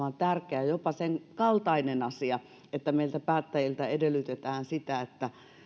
on tärkeä ja jopa sen kaltainen asia että meiltä päättäjiltä edellytetään sitä että kuitenkin